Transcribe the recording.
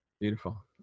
Beautiful